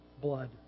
blood